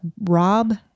Rob